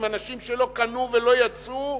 עם אנשים שלא קנו ולא יצאו,